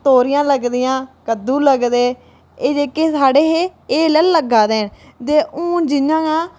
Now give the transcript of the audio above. तोरियां लगदियां कद्दू लगदे एह् जेह्के हे एह् साढ़े लग्गै दे न ते हून जि'यां